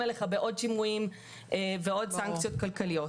עליך בעוד שימועים ועוד סנקציות כלכליות.